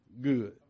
good